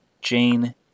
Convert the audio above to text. jane